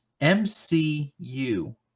MCU